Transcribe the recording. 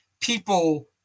people